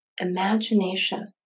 Imagination